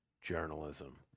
journalism